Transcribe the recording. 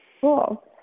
Cool